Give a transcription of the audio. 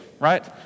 right